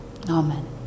Amen